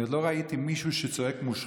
אני עוד לא ראיתי מישהו שצועק "מושחת",